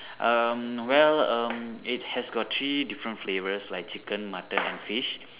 um well um it has got three different flavours like chicken mutton and fish